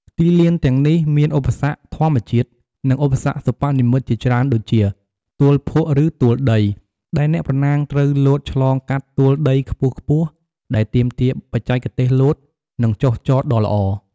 ទីលានទាំងនេះមានឧបសគ្គធម្មជាតិ និងឧបសគ្គសិប្បនិម្មិតជាច្រើនដូចជា ទួលភក់ឬទួលដី ដែលអ្នកប្រណាំងត្រូវលោតឆ្លងកាត់ទួលដីខ្ពស់ៗដែលទាមទារបច្ចេកទេសលោត និងចុះចតដ៏ល្អ។